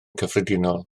cyffredinol